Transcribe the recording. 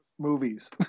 movies